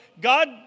God